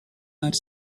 are